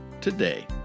today